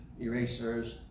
erasers